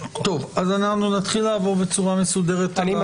אז אנחנו נתחיל לעצור בצורה מסודרת על